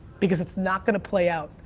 because it's not gonna play out.